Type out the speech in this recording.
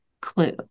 clue